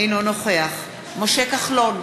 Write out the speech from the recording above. אינו נוכח משה כחלון,